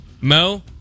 Mo